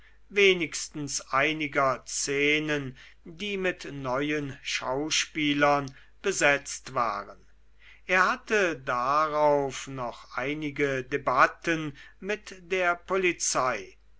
wenigstens einiger szenen die mit neuen schauspielern besetzt waren er hatte darauf noch einige debatten mit der polizei